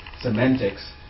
semantics